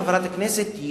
חברת הכנסת,